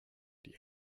die